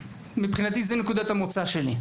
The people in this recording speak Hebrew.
זו נקודת המוצא מבחינתי.